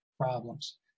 problems